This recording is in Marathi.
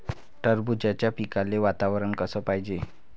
टरबूजाच्या पिकाले वातावरन कस पायजे?